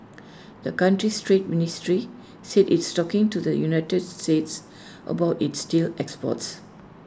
the country's trade ministry said it's talking to the united states about its steel exports